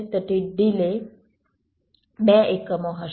તેથી ડિલે 2 એકમો હશે